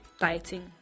dieting